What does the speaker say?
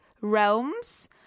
realms